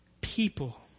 people